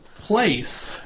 Place